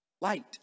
light